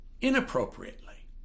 inappropriately